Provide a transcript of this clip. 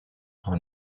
por